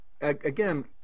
again